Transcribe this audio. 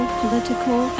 political